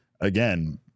again